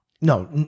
no